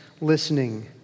listening